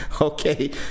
Okay